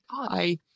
hi